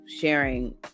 sharing